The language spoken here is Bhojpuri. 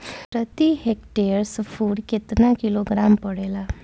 प्रति हेक्टेयर स्फूर केतना किलोग्राम पड़ेला?